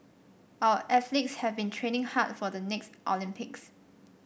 our athletes have been training hard for the next Olympics